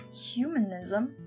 humanism